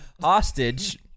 hostage